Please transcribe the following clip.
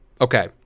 Okay